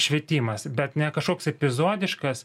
švietimas bet ne kažkoks epizodiškas